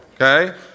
okay